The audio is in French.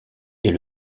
est